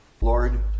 Lord